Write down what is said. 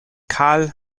kahl